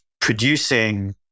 producing